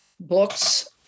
books